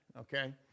okay